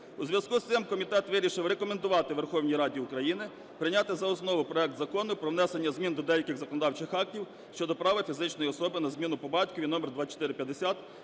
У зв'язку з цим комітет вирішив рекомендувати Верховній Раді України прийняти за основу проект Закону про внесення змін до деяких законодавчих актів щодо права фізичної особи на зміну по батькові (№2450)